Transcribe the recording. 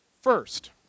First